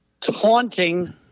taunting